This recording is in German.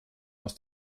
aus